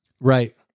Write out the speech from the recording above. Right